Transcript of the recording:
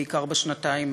בעיקר בשנתיים